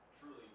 truly